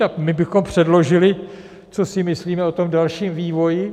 A my bychom předložili, co si myslíme o tom dalším vývoji.